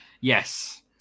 Yes